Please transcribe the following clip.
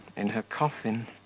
in her coffin.